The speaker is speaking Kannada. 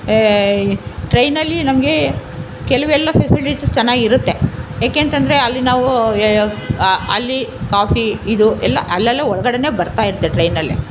ಟ್ರೈನಲ್ಲಿ ನಮಗೆ ಕೆಲವೆಲ್ಲ ಫೆಸಿಲಿಟೀಸ್ ಚೆನ್ನಾಗಿರುತ್ತೆ ಏಕೆಂತಂದ್ರೆ ಅಲ್ಲಿ ನಾವು ಅಲ್ಲಿ ಕಾಫಿ ಇದು ಎಲ್ಲ ಅಲ್ಲಲ್ಲೆ ಒಳಗಡೆಯೇ ಬರ್ತಾಯಿರುತ್ತೆ ಟ್ರೈನಲ್ಲೇ